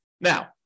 Now